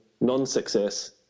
non-success